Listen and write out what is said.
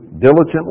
diligently